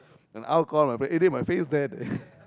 then I will call my friend eh dey my face there leh